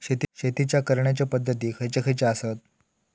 शेतीच्या करण्याचे पध्दती खैचे खैचे आसत?